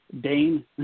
Dane